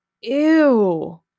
Ew